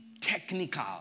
technical